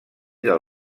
del